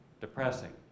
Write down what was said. depressing